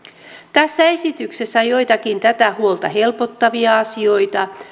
tässä esityksessä on joitakin tätä huolta helpottavia asioita